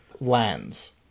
lands